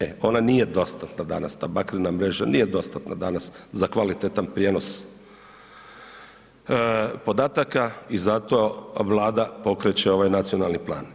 E ona nije dostatna, danas, ta bakrena mreža, nije dostatna danas za kvalitetan prijenos podataka i zato Vlada pokreće ovaj nacionalni plan.